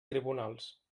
tribunals